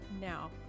now